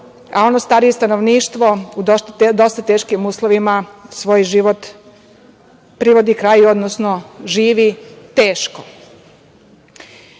a ono starije stanovništvo u dosta teškim uslovima svoj život privodi kraju, odnosno živi teško. Molim